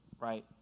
right